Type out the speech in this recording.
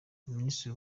minisitiri